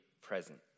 present